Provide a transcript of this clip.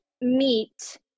meet